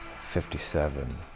Fifty-seven